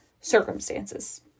circumstances